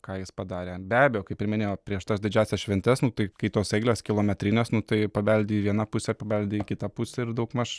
ką jis padarė be abejo kaip ir minėjau prieš tas didžiąsias šventes nu tai kai tos eilės kilometrinės nu tai pabeldi į vieną pusę pabeldi į kitą pusę ir daugmaž